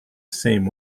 same